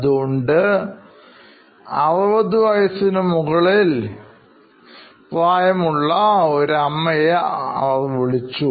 അതുകൊണ്ട് അവർ 60 വയസ്സിനുമുകളിൽ പ്രായമുള്ള ഒരു ഒരു വനിതയെ ഫോണിൽ വിളിച്ചു